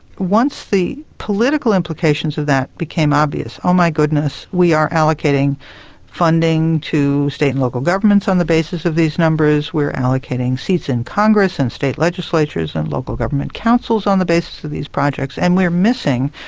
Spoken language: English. once the political implications of that became obvious oh my goodness, we are allocating funding to state and local governments on the basis of these numbers, we're allocating seats in congress and state legislatures and local government councils on the basis of this project, and we're missing,